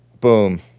Boom